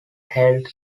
held